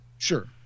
Sure